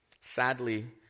Sadly